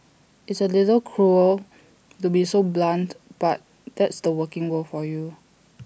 it's A little cruel to be so blunt but that's the working world for you